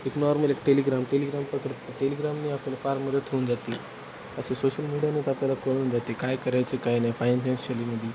एक normally Telegram Telegram पत्र टेलिग्रामने आपल्याला फार मदत होऊन जाते असे सोशल मीडियानेच आपल्याला कळून जाते काय करायचे काय नाही फायनान्शियलीमध्ये